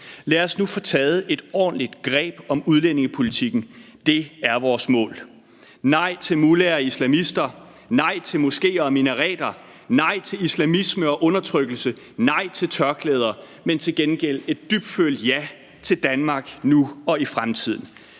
Lad os nu få taget et ordentligt greb om udlændingepolitikken. Det er vores mål. Nej til mullaher og islamister, nej til moskéer og minareter, nej til islamisme og undertrykkelse, nej til tørklæder, men til gengæld et dybtfølt ja til Danmark nu og i fremtiden.